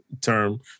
term